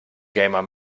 gamer